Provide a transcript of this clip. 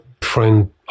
friend